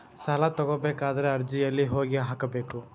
ಸಾಲ ತಗೋಬೇಕಾದ್ರೆ ಅರ್ಜಿ ಎಲ್ಲಿ ಹೋಗಿ ಹಾಕಬೇಕು?